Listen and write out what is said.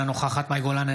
אינה נוכחת מאי גולן,